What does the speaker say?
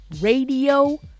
Radio